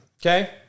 okay